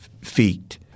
feet